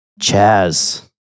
Chaz